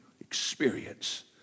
experience